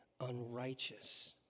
unrighteous